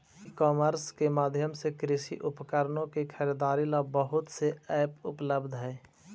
ई commerce के माध्यम से कृषि उपकरणों की खरीदारी ला बहुत से ऐप उपलब्ध हई